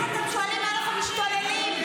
אדוני היושב-ראש, מה זה הדיבור הזה?